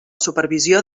supervisió